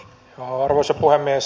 arvoisa puhemies